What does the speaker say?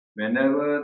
whenever